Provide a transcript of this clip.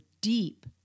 deep